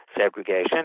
segregation